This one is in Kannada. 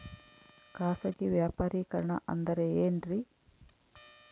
ಖಾಸಗಿ ವ್ಯಾಪಾರಿಕರಣ ಅಂದರೆ ಏನ್ರಿ?